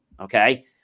okay